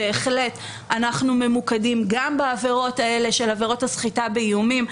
בהחלט אנחנו ממוקדים גם בעבירות האלה של עבירות הסחיטה באיומים,